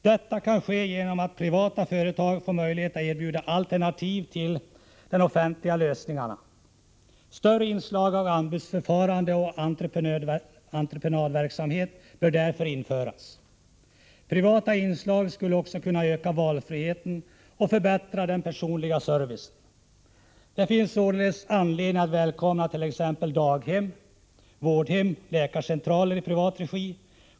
Detta kan ske genom att privata företag får möjlighet att erbjuda alternativ till de offentliga lösningarna. Större inslag av anbudsförfarande och entreprenadverksamhet bör därför införas. Privata inslag skulle också kunna öka valfriheten och förbättra den personliga servicen. Det finns således anledning att välkomna t.ex. daghem, vårdhem och läkarcentraler i privat regi.